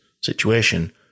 situation